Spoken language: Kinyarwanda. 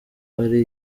ari